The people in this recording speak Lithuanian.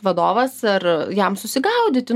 vadovas ar jam susigaudyti